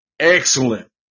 Excellent